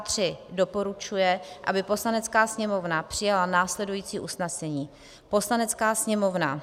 III. doporučuje, aby Poslanecká sněmovna přijala následující usnesení: Poslanecká sněmovna